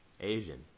Asian